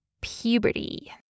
puberty